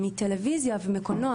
מטלויזיה ומקולונוע.